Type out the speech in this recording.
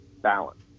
balance